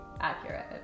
accurate